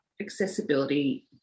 accessibility